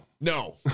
no